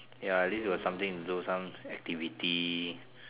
ya at least got something do some activity